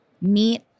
meet